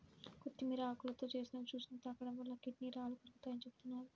కొత్తిమీర ఆకులతో చేసిన జ్యూస్ ని తాగడం వలన కిడ్నీ రాళ్లు కరుగుతాయని చెబుతున్నారు